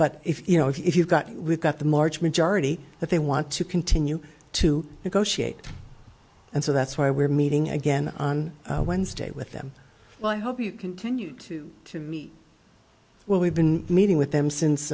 but if you know if you've got we've got the march majority if they want to continue to negotiate and so that's why we're meeting again on wednesday with them well i hope you continue to meet well we've been meeting with them